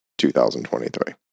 2023